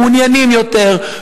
מעוניינים יותר,